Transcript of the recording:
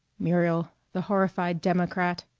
muriel. the horrified democrat!